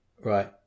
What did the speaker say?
Right